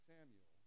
Samuel